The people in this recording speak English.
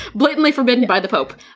blatantly forbidden by the pope.